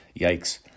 Yikes